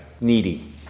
Needy